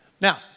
Now